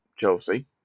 Chelsea